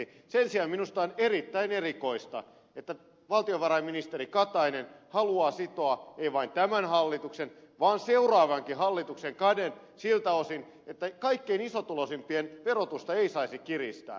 sen sijaan minusta on erittäin erikoista että valtiovarainministeri katainen haluaa sitoa ei vain tämän hallituksen vaan seuraavankin hallituksen kädet siltä osin että kaikkein isotuloisimpien verotusta ei saisi kiristää